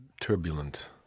turbulent